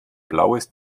blaues